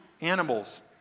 animals